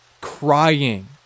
crying